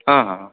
ಹಾಂ ಹಾಂ